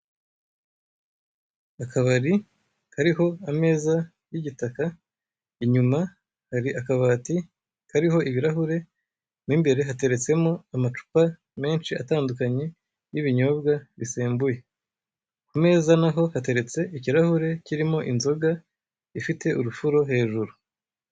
Akabari kariho ameza y'igitaka, inyuma hari akabati kariho ibirahuri, mo imbere hateretsemo amacupa menshi atandukanye y'ibinyobwa bisembuye. Ku meza naho hateretse ikarahuri kirimo inzoga ifite urufuro hejuru.